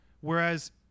Whereas